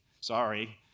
Sorry